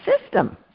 system